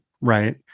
right